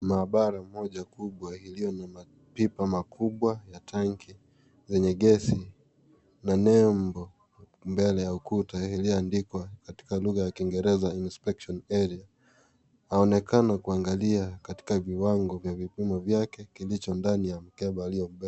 Maabara moja kubwa iliyo na mapipa makubwa ya tanki lenye gesi , na nembo mbele ya ukuta iliyoandikwa kwa lugha ya kimombo Inspection area . Anaonekana kuangalia katika viwango vya vipimo vyake katika mkebe aliobeba .